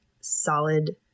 solid